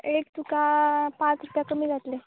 एक तुका पांच रुपया कमी जातले